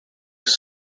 have